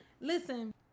Listen